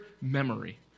memory